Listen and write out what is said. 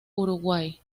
uruguay